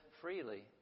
freely